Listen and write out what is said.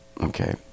okay